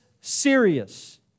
serious